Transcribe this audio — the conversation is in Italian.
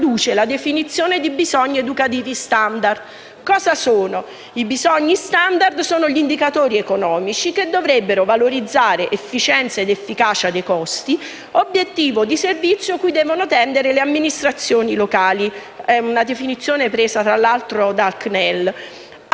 la definizione di bisogni educativi *standard*. Cosa sono? I bisogni *standard* sono gli indicatori economici che dovrebbero valorizzare efficienza ed efficacia dei costi, obiettivo di servizio cui devono tendere le amministrazioni locali